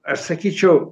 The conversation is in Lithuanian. aš sakyčiau